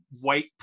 white